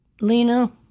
Lena